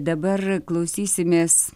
dabar klausysimės